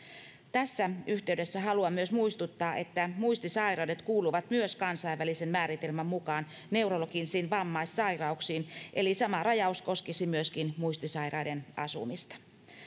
tässä yhteydessä haluan myös muistuttaa että muistisairaudet kuuluvat myös kansainvälisen määritelmän mukaan neurologisiin vammaissairauksiin eli sama rajaus koskisi myöskin muistisairaiden asumista